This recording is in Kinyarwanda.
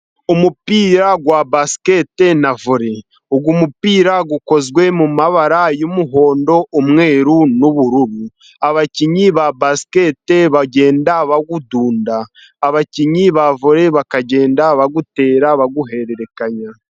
Umupira wa basikete na vore, uyu mupira ukozwe mu mabara y'umuhondo, umweru n'ubururu, abakinnyi ba basikete bagenda bawudunda, abakinnyi ba vore bagenda bawutera bawuhererekanya.